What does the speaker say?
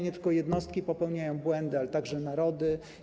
Nie tylko jednostki popełniają błędy, ale także narody.